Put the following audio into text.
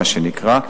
מה שנקרא,